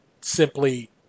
simply